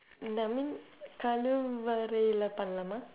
இந்த கழிவறையிலே பண்ணலாமா:indtha kazhivaraiyilee pannalaamaa